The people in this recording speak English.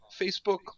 Facebook